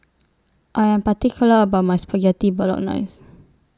I Am particular about My Spaghetti Bolognese